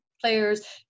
players